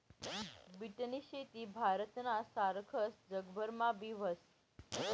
बीटनी शेती भारतना सारखस जगभरमा बी व्हस